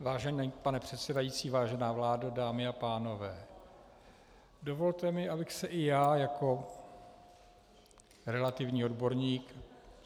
Vážený pane předsedající, vážená vládo, dámy a pánové, dovolte mi, abych se i já jako relativní odborník